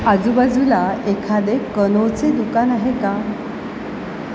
आजूबाजूला एखादे कनोचे दुकान आहे का